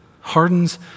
hardens